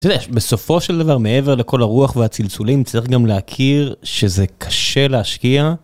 בסופו של דבר, מעבר לכל הרוח והצלצולים, צריך גם להכיר שזה קשה להשקיע.